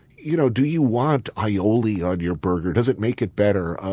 you know do you want aioli on your burger? does it make it better?